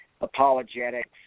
Apologetics